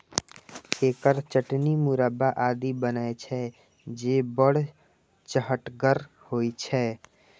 एकर चटनी, मुरब्बा आदि बनै छै, जे बड़ चहटगर होइ छै